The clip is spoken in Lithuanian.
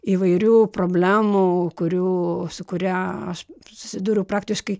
įvairių problemų kurių su kuria aš susiduriu praktiškai